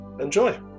enjoy